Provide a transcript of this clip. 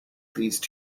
these